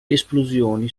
esplosioni